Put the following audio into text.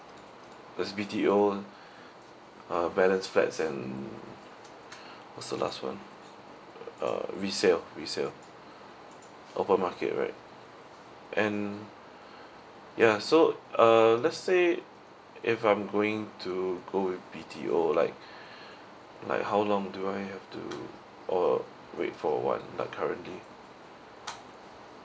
there's B_T_O uh balance flats and what's the last one uh resale resale open market right and ya so uh let's say if I'm going to go with B_T_O like like how long do I have to or wait for one like currently